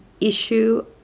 issue